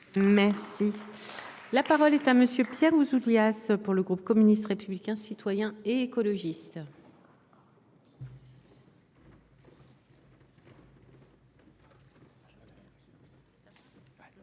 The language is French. La parole est à M. Pierre Ouzoulias, pour le groupe communiste républicain citoyen et écologiste.